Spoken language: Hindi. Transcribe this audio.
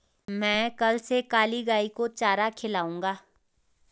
मैं कल से काली गाय को चारा खिलाऊंगा